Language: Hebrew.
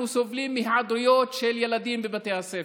סובלים מהיעדרויות של ילדים מבתי הספר,